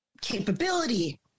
capability